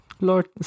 Lord